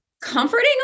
comforting